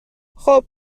خوب